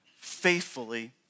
faithfully